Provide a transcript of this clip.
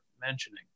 mentioning